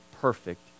perfect